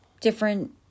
different